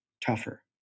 tougher